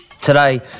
Today